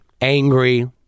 angry